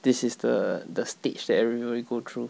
this is the the stage that everybody go through